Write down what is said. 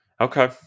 okay